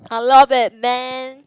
I love it man